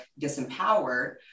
disempowered